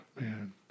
man